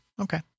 Okay